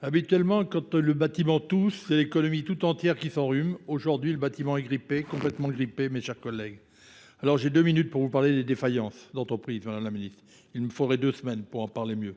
Habituellement, quand le bâtiment tousse, c'est l'économie toute entière qui s'arrume, aujourd'hui le bâtiment est grippé, complètement grippé, mes chers collègues. Alors, j'ai deux minutes pour vous parler des défaillances d'entreprises, Madame la Ministre. Il me faudrait deux semaines pour en parler mieux.